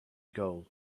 goal